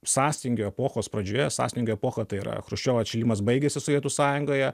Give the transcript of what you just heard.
sąstingio epochos pradžioje sąstingio epocha tai yra chruščiovo atšilimas baigėsi sovietų sąjungoje